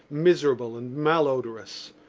miserable and malodorous.